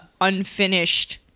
unfinished